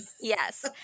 Yes